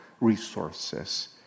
resources